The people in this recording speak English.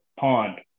pond